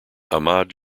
ahmad